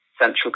central